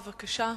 בבקשה.